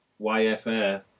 YFA